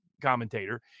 commentator